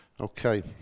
okay